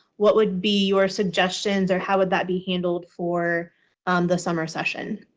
what would be your suggestions or how would that be handled for the summer session?